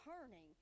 turning